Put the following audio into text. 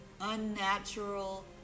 unnatural